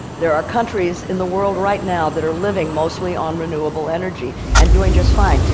there are countries in the world right now that are living mostly on renewable energy and doing just fine.